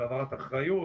של העברת אחריות